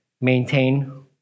maintain